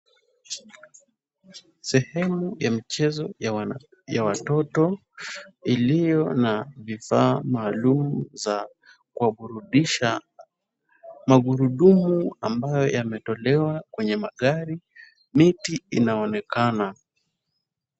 Sehemu ya mchezo ya watoto iliyo na vifaa maalum za kuwaburudisha magurudumu ambayo yametolewa kwenye magari. Miti inaonekana.